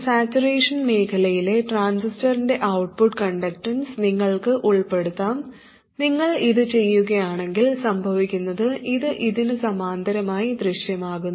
saturation മേഖലയിലെ ട്രാൻസിസ്റ്ററിൻറെ output conductance നിങ്ങൾക്ക് ഉൾപ്പെടുത്താം നിങ്ങൾ ഇത് ചെയ്യുകയാണെങ്കിൽ സംഭവിക്കുന്നത് ഇത് ഇതിന് സമാന്തരമായി ദൃശ്യമാകുന്നു